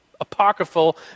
apocryphal